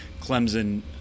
Clemson